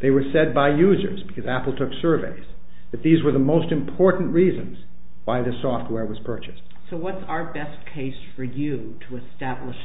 they were said by users because apple took service that these were the most important reasons why the software was purchased so what's our best case for you to establish